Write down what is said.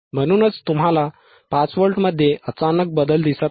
म्हणूनच तुम्हाला 5 व्होल्टमध्ये अचानक बदल दिसत नाही